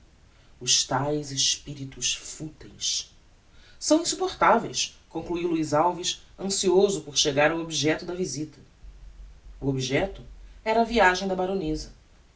os taes espiritos futeis são insupportaveis concluiu luiz alves ancioso por chegar ao objecto da visita o objecto era a viagem da baroneza